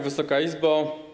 Wysoka Izbo!